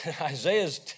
Isaiah's